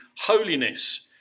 holiness